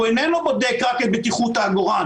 הוא איננו בודק רק את בטיחות העגורן